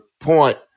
point